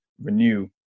renew